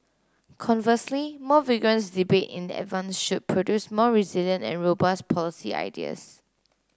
conversely more vigorous debate in advance should produce more resilient and robust policy ideas